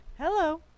Hello